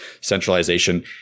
centralization